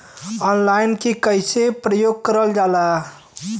Online के कइसे प्रयोग कइल जाला?